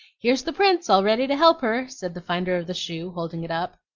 here's the prince all ready to help her, said the finder of the shoe, holding it up.